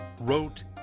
wrote